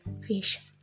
Fish